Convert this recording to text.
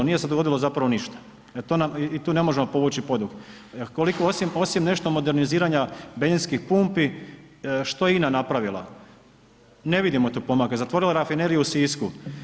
Nije se dogodilo zapravo ništa i tu ne možemo povući… [[Govornik se ne razumije]] osim nešto moderniziranja benzinskih pumpi, što je INA napravila, ne vidimo tu pomaka, zatvorila rafineriju u Sisku.